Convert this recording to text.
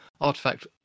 artifact